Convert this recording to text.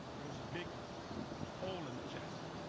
there was a big hole in the chest.